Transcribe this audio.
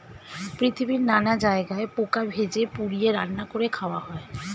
পৃথিবীর নানা জায়গায় পোকা ভেজে, পুড়িয়ে, রান্না করে খাওয়া হয়